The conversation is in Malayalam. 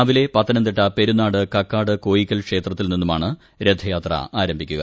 രാവിലെ പത്തനംതിട്ട പെരുനാട് കക്കാട്ട് കോയിക്കൽ ക്ഷേത്രത്തിൽ നിന്നുമാണ് രഥയാത്ര ആരംഭിക്കുക